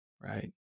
right